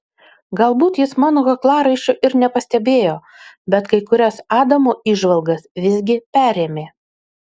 galbūt jis mano kaklaraiščio ir nepastebėjo bet kai kurias adamo įžvalgas visgi perėmė